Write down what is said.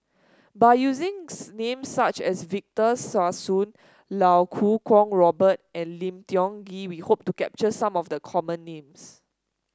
by using's names such as Victor Sassoon Iau Kuo Kwong Robert and Lim Tiong Ghee we hope to capture some of the common names